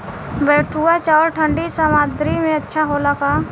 बैठुआ चावल ठंडी सह्याद्री में अच्छा होला का?